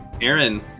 Aaron